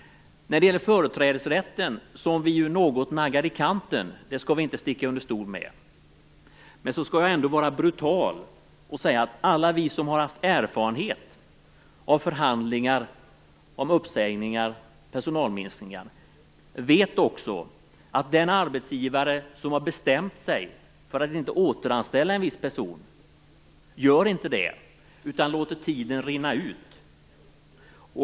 Företrädesrätten naggar vi något i kanten - det skall vi inte sticka under stol med. Men då skall jag vara brutal och säga att alla vi som har erfarenhet av förhandlingar om uppsägningar och personalminskningar också vet att den arbetsgivare som har bestämt sig för att inte återanställa en viss person inte heller gör det utan låter tiden rinna ut.